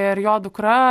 ir jo dukra